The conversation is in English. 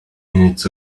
minutes